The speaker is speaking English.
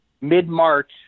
mid-March